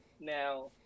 Now